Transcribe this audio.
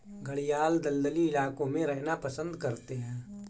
घड़ियाल दलदली इलाकों में रहना पसंद करते हैं